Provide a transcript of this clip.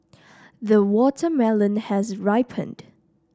the watermelon has ripened